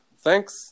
Thanks